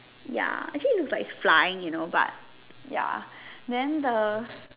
ya actually it looks like flying you know but ya than the